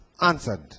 answered